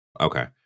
okay